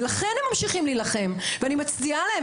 לכן הם ממשיכים להילחם, ואני מצדיעה להם.